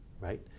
right